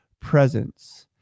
presence